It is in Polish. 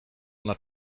ona